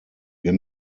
wir